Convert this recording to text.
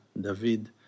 David